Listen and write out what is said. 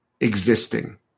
existing